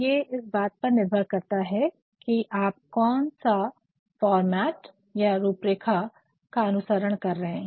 अब ये इस बात पर निर्भर करता है की आप कौन सा फॉर्मेट या रूपरेखा का अनुसरण कर रहे है